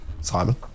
simon